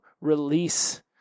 release